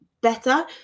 better